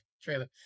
trailer